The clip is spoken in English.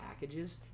packages